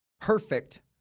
Perfect